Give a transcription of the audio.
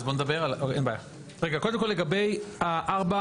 אז קודם כל לגבי (4),